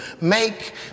make